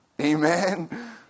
Amen